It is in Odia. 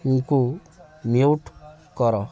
ଙ୍କୁ ମ୍ୟୁଟ୍ କର